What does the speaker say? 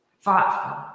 thoughtful